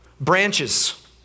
Branches